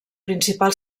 principal